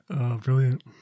brilliant